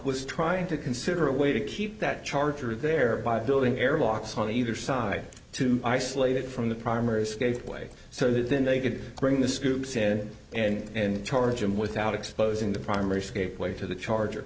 was trying to consider a way to keep that charger there by building airlocks on either side to isolate it from the primaries gave way so that then they could bring the scoops in and charge him without exposing the primary scape way to the charger